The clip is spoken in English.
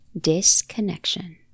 Disconnection